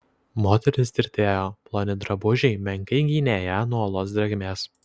moteris tirtėjo ploni drabužiai menkai gynė ją nuo olos drėgmės